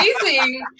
amazing